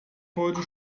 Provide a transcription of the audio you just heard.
heute